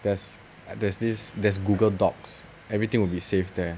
there's there's this there's Google docs everything will be safe there